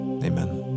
Amen